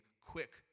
quick